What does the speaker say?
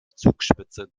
zugspitze